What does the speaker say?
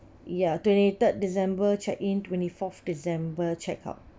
ya twenty third december check in twenty fourth december checkout